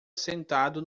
sentado